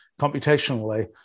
computationally